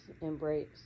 embrace